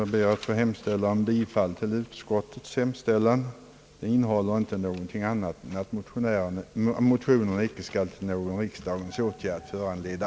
Jag ber, herr talman, att få yrka bi fall till utskottets hemställan, som endast innehåller att motionerna icke skall till någon riksdagens åtgärd föranleda.